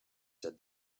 said